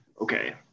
Okay